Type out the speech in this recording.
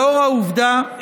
לאור העובדה שאנו עדיין,